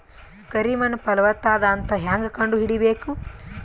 ಕರಿ ಮಣ್ಣು ಫಲವತ್ತಾಗದ ಅಂತ ಹೇಂಗ ಕಂಡುಹಿಡಿಬೇಕು?